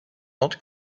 not